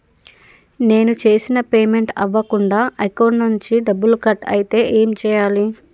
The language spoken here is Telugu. నేను చేసిన పేమెంట్ అవ్వకుండా అకౌంట్ నుంచి డబ్బులు కట్ అయితే ఏం చేయాలి?